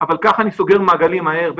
אבל כך אני סוגר מעגלים מהר.